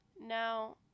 Now